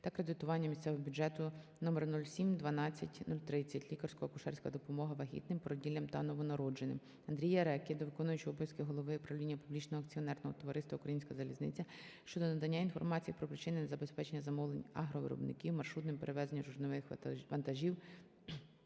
та кредитування місцевого бюджету №0712030 "Лікарсько-акушерська допомога вагітним, породіллям та новонародженим". АндріяРеки до виконуючого обов'язки голови правління Публічного акціонерного товариства "Українська залізниця" щодо надання інформації про причини незабезпечення замовлень агровиробників маршрутними перевезеннями зернових вантажів